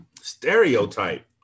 stereotype